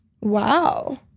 Wow